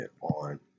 on